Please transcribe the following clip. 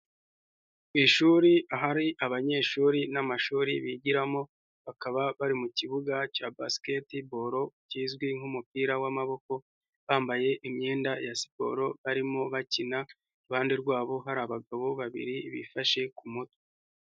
Ishuri ahari abanyeshuri n'amashuri bigiramo, bakaba bari mu kibuga cya basketball kizwi nk'umupira w'amaboko, bambaye imyenda ya siporo barimo bakina, iruhande rwabo hari abagabo babiri bifashe ku mutwe.